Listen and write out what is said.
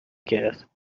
کرد